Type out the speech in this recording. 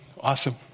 awesome